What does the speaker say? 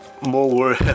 More